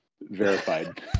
verified